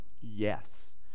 yes